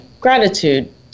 gratitude